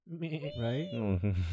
Right